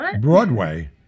Broadway